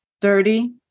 dirty